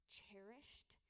cherished